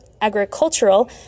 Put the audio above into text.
agricultural